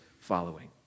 following